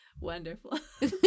Wonderful